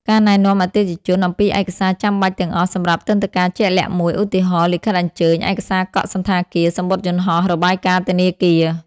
ការណែនាំអតិថិជនអំពីឯកសារចាំបាច់ទាំងអស់សម្រាប់ទិដ្ឋាការជាក់លាក់មួយ ឧទាហរណ៍ លិខិតអញ្ជើញ ឯកសារកក់សណ្ឋាគារ សំបុត្រយន្តហោះ របាយការណ៍ធនាគារ។